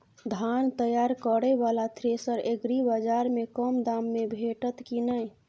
धान तैयार करय वाला थ्रेसर एग्रीबाजार में कम दाम में भेटत की नय?